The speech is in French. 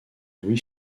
louis